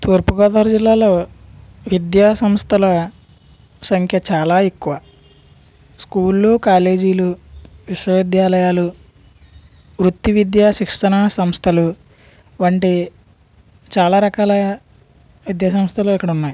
తూర్పుగోదావరి జిల్లాలో విద్యా సంస్థల సంఖ్య చాలా ఎక్కువ స్కూళ్ళు కాలేజీలు విశ్వవిద్యాలయాలు వృత్తి విద్యా శిక్షణా సంస్థలు వంటి చాలా రకాల విద్యా సంస్థలు ఇక్కడున్నాయి